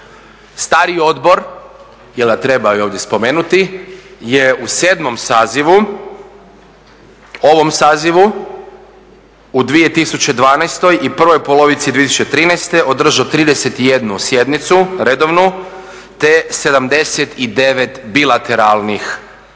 Stari odbor, treba ovdje spomenuti, je u 7. sazivu, ovom sazivu, u 2012. i prvoj polovici 2013. održao 31 sjednicu redovnu te 79 bilateralnih